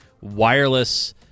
wireless